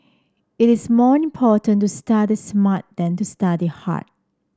it is more important to study smart than to study hard